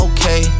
Okay